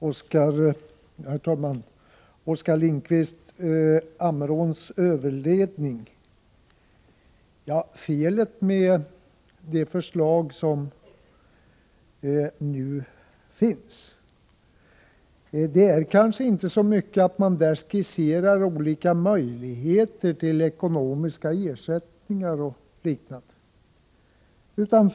Herr talman! Felet med det förslag som nu föreligger när det gäller Ammeråns överledning är, Oskar Lindkvist, kanske inte så mycket att man där skisserar olika möjligheter till ekonomisk ersättning och liknande.